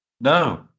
No